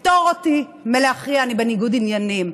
פטור אותי מלהכריע, אני בניגוד עניינים.